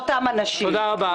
--- אתה תומך בשהידים.